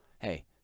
hey